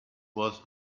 was